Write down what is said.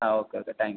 ആ okay okay thank you